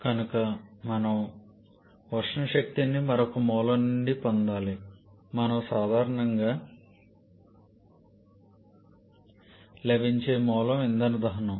కనుక మనము ఉష్ణశక్తిని మరొక మూలం నుండి పొందాలి మనకు సాధారణంగా లభించే మూలం ఇంధన దహనం